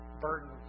burden